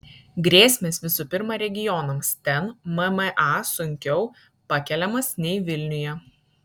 grėsmės visų pirma regionams ten mma sunkiau pakeliamas nei vilniuje